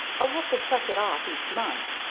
i'll have to check it off each month.